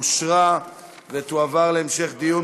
(תיקון,